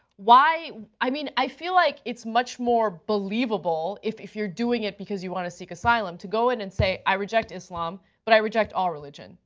i mean i feel like it's much more believable if if you are doing it because you want to seek asylum to go in and say i reject islam, but i reject all religion.